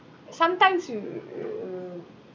sometimes you you